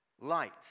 light